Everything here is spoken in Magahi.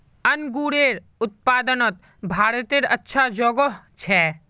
अन्गूरेर उत्पादनोत भारतेर अच्छा जोगोह छे